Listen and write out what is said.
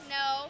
no